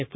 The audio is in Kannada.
ಎಫ್